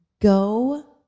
Go